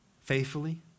Faithfully